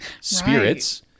spirits